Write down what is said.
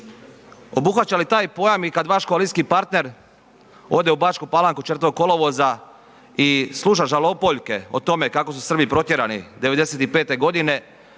Obuhvaća li taj pojam i kada vaš koalicijski partner ode u Bačku Palanku 4. kolovoza i sluša žalopojke o tome kako su Srbi protjerani '95. godine,